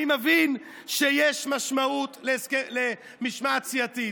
אני מבין שיש משמעות למשמעת סיעתית.